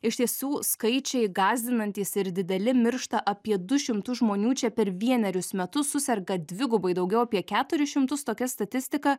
iš tiesų skaičiai gąsdinantys ir dideli miršta apie du šimtus žmonių čia per vienerius metus suserga dvigubai daugiau apie keturis šimtus tokia statistika